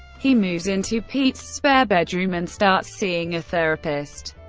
he moves into pete's spare bedroom and starts seeing a therapist.